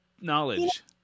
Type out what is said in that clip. knowledge